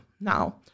now